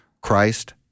Christ